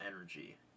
energy